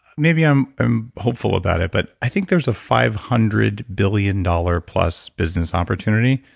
maybe i'm i'm hopeful about it, but i think there's a five hundred billion dollars plus business opportunity.